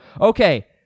Okay